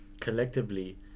collectively